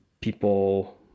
people